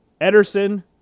Ederson